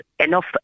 Enough